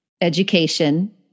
education